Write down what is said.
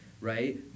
right